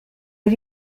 did